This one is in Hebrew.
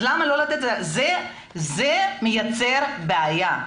זה מייצר בעיה,